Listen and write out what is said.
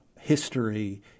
history